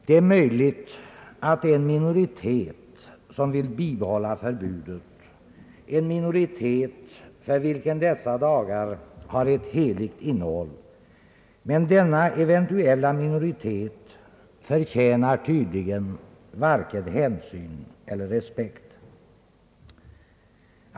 Det är möjligt att det är en minoritet som vill bibehålla förbudet, en minoritet för vilken dessa lagar har ett heligt innehåll, men denna eventuella minoritet förtjänar tydligen varken hänsyn eller respekt.